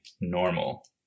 normal